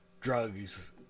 drugs